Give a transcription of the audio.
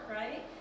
right